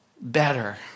better